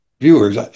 Viewers